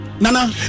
Nana